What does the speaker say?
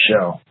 show